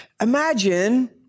imagine